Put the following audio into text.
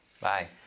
Bye